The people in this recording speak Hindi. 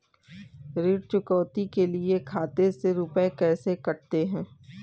ऋण चुकौती के लिए खाते से रुपये कैसे कटते हैं?